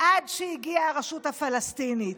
עד שהגיעה הרשות הפלסטינית.